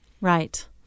Right